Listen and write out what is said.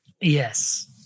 yes